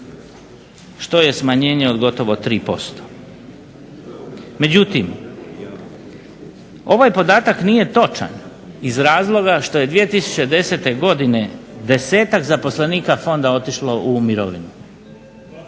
što je smanjenje od gotovo 3%. Međutim, ovaj podatak nije točan iz razloga što je 2010. godine desetak zaposlenika fonda otišlo u mirovinu